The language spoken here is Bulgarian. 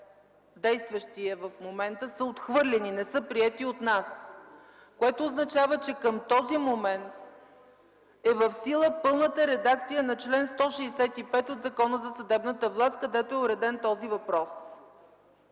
действащият в момента – са отхвърлени, не са приети от нас. Това означава, че към този момент е в сила пълната редакция на чл. 165 от Закона за съдебната власт, където е уреден този въпрос.